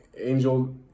angel